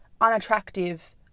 unattractive